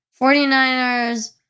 49ers